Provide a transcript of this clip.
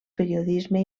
periodisme